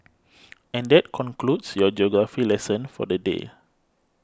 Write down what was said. and that concludes your geography lesson for the day